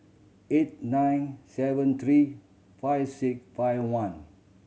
eight nine seven three five six five one